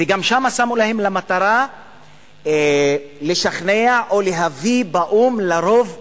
וגם שם שמו להם למטרה לשכנע או להביא באו"ם לרוב מוסרי.